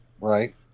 right